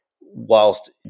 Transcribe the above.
whilst